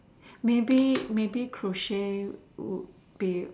maybe maybe crochet would be